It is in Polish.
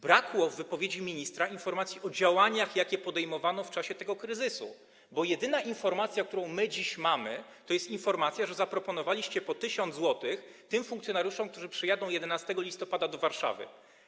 Brakło w wypowiedzi ministra informacji o działaniach, jakie podejmowano w czasie tego kryzysu, bo jedyna informacja, którą my dziś mamy, to jest informacja, że zaproponowaliście po 1000 zł tym funkcjonariuszom, którzy przyjadą 11 listopada do Warszawy.